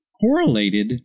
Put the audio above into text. correlated